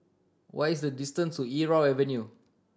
what is the distance to Irau Avenue